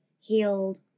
healed